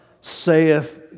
saith